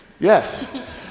Yes